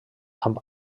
amb